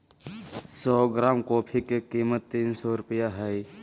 सो gram coffee के कीमत तीन सो रुपया हइ